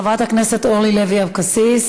חברת הכנסת אורלי לוי אבקסיס,